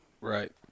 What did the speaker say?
right